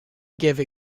give